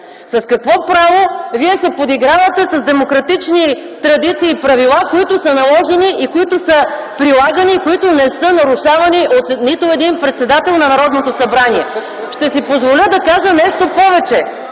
С какво право вие се подигравате с демократични традиции и правила, които са наложени, които са прилагани и не са нарушавани от нито един председател на Народното събрание? (Шум и реплики от